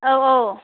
औ औ